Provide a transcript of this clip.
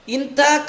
Inta